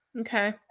Okay